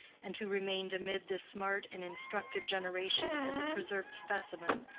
and who remained amid this smart and instructed generation as a preserved specimen,